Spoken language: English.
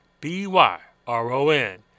B-Y-R-O-N